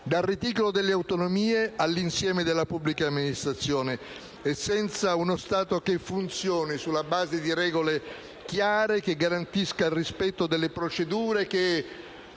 dal reticolo delle autonomie all'insieme della pubblica amministrazione. Senza uno Stato che funzioni sulla base di regole chiare, che garantisca il rispetto delle procedure, che